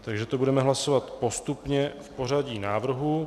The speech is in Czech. Takže to budeme hlasovat postupně v pořadí návrhů.